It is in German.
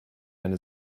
eine